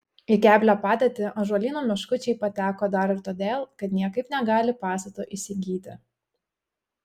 į keblią padėtį ąžuolyno meškučiai pateko dar ir todėl kad niekaip negali pastato įsigyti